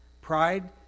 Pride